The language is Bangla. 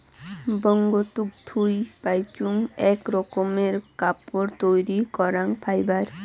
বঙ্গতুক থুই পাইচুঙ আক রকমের কাপড় তৈরী করাং ফাইবার